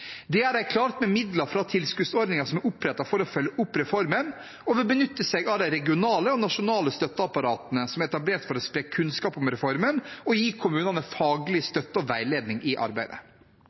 Det har de klart med midler fra tilskuddsordningen som er opprettet for å følge opp reformen, og de vil benytte seg av de regionale og nasjonale støtteapparatene som er etablert for å spre kunnskap om reformen og gi kommunene faglig støtte og veiledning i arbeidet.